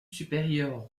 supérieure